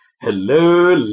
Hello